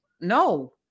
no